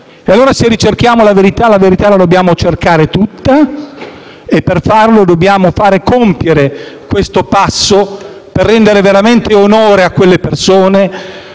E allora, se ricerchiamo la verità, la dobbiamo cercare tutta; e per farlo dobbiamo compiere questo passo, per rendere veramente onore a quelle persone,